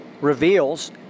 reveals